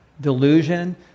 Delusion